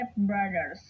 stepbrothers